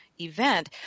event